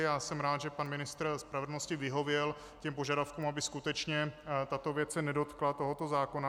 Já jsem rád, že pan ministr spravedlnosti vyhověl požadavkům, aby se skutečně tato věc nedotkla tohoto zákona.